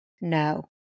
No